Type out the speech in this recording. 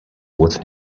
with